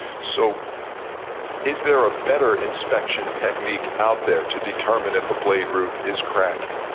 so is there a better inspection technique out there to determine if a blade root is cracking?